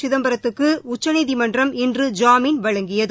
சிதம்பரத்துக்குஉச்சநீதிமன்றம் இன்று ஜாமீன் வழங்கியது